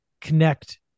connect